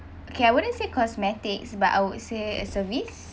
okay I wouldn't say cosmetics but I would say a service